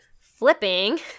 flipping